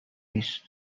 نیست